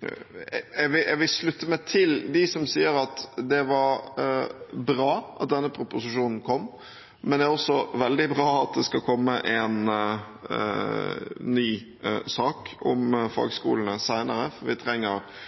Jeg vil slutte meg til dem som sier at det var bra at denne proposisjonen kom, men det er også veldig bra at det skal komme en ny sak om fagskolene senere, for vi trenger